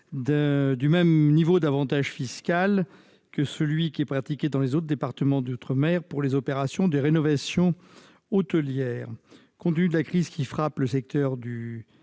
du même niveau d'avantage fiscal qui est pratiqué dans les autres départements d'outre-mer pour les opérations de rénovation hôtelière. Compte tenu de la crise qui frappe le secteur du